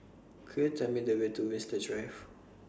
Could YOU Tell Me The Way to Winstedt Drive